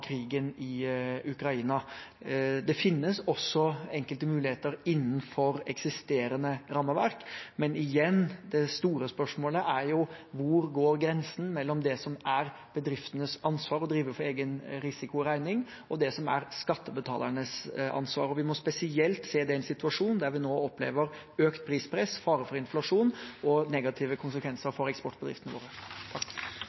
krigen i Ukraina. Det finnes også enkelte muligheter innenfor eksisterende rammeverk, men det store spørsmålet er igjen hvor grensen går mellom det som er bedriftenes ansvar med hensyn til å drive for egen risiko og regning, og det som er skattebetalernes ansvar. Vi må spesielt se det i en situasjon der vi nå opplever økt prispress, fare for inflasjon og negative konsekvenser